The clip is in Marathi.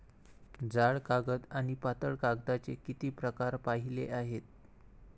जाड कागद आणि पातळ कागदाचे किती प्रकार पाहिले आहेत?